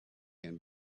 can